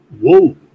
Whoa